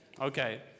Okay